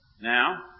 Now